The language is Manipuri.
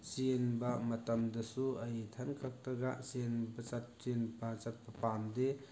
ꯆꯦꯟꯕ ꯃꯇꯝꯗꯁꯨ ꯑꯩ ꯏꯊꯟ ꯈꯛꯇꯒ ꯆꯦꯟꯕ ꯆꯠ ꯆꯦꯟꯕ ꯆꯠꯄ ꯄꯥꯝꯗꯦ